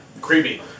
Creepy